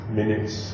minutes